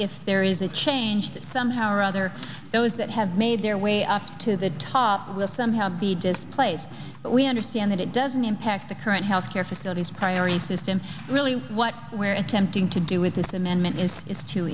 if there is a change that somehow or other those that have made their way up to that with them how be displayed but we understand that it doesn't impact the current healthcare facilities primary system really what we're attempting to do with this amendment is is to